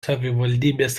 savivaldybės